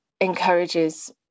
encourages